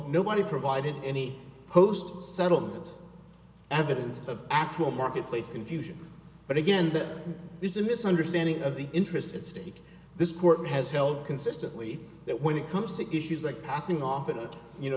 nobody provided any post settled evidence of actual marketplace confusion but again that is a misunderstanding of the interest at stake this court has held consistently that when it comes to issues like passing often you know